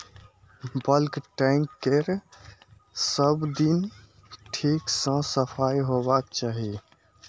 bulk tank केर सब दिन ठीक सं सफाइ होबाक चाही